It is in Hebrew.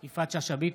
(קורא בשם חברת הכנסת) יפעת שאשא ביטון,